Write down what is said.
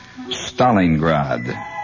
Stalingrad